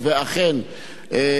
אני עושה את זה,